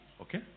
Okay